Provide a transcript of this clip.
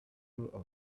couple